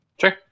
Sure